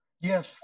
Yes